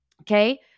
okay